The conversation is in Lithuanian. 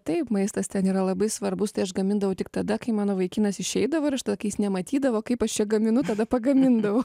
taip maistas ten yra labai svarbus tai aš gamindavau tik tada kai mano vaikinas išeidavo ir aš tada kai jis nematydavo kaip aš čia gaminu tada pagamindavau